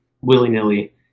willy-nilly